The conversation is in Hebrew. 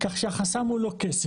כך שהחסם הוא לא כסף.